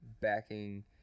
backing